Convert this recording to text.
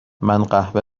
قهوه